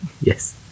Yes